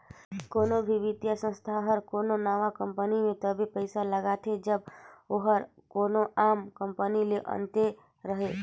कोनो भी बित्तीय संस्था हर कोनो नावा कंपनी में तबे पइसा लगाथे जब ओहर कोनो आम कंपनी ले अन्ते रहें